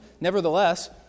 Nevertheless